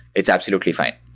it's absolutely fine,